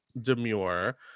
demure